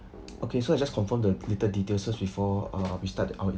okay so I just confirm the little details first before uh we start our